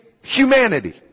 humanity